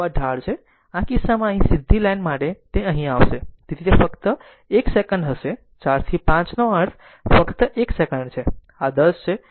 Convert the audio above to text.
આ કિસ્સામાં અહીં આ સીધી લાઇન માટે તે અહીં આવશે તેથી તે ફક્ત 1 સેકંડ હશે 4 થી 5 નો અર્થ ફક્ત 1 સેકંડ છે